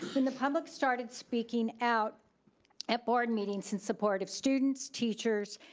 when the public started speaking out at board meetings in support of students, teachers,